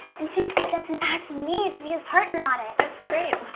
and timothy dutsin asked me to be his partner on it. that's great,